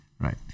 Right